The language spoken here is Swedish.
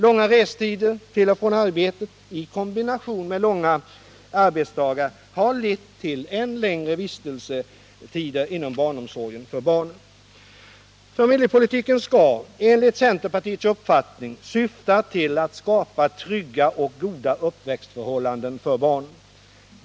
Långa restider till och från arbetet i kombination med långa arbetsdagar har lett till än längre vistelsetider inom barnomsorgen för barnen. Familjepolitiken skall enligt centerpartiets uppfattning syfta till att skapa trygghet och goda uppväxtförhållanden för barnen.